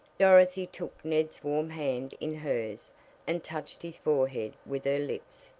dorothy took ned's warm hand in hers and touched his forehead with her lips.